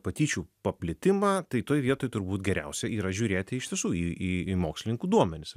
patyčių paplitimą tai toj vietoj turbūt geriausia yra žiūrėti iš tiesų į į į mokslininkų duomenis